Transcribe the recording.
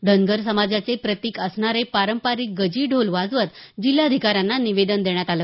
धनगर समाजाचे प्रतिक असणारे पारंपारिक गजी ढोल वाजवत जिल्हाधिकाऱ्यांना निवेदन देण्यात आलं